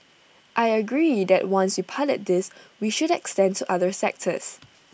I agree that once we pilot this we should extend to other sectors